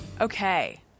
okay